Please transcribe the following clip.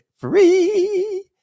Free